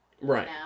Right